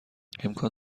امکان